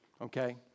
okay